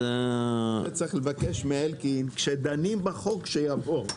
את זה צריך לבקש מאלקין כשדנים בחוק שיבוא.